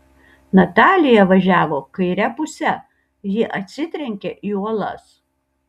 natalija važiavo kaire puse ji atsitrenkia į uolas